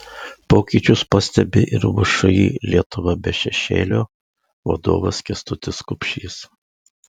pokyčius pastebi ir všį lietuva be šešėlio vadovas kęstutis kupšys